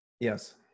Yes